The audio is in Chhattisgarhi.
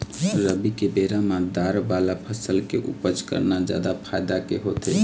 रबी के बेरा म दार वाला फसल के उपज करना जादा फायदा के होथे